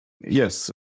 Yes